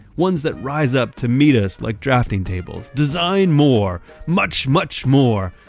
ones that rise up to meet us, like drafting tables. design more, much, much more!